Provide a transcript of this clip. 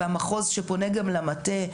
והמחוז פונה גם למטה.